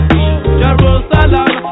Jerusalem